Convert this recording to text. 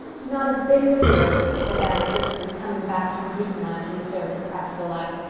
not a bit of fear of it, said anne briskly, coming back from dreamland to the affairs of practical life.